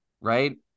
right